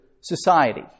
society